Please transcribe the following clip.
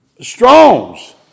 Strong's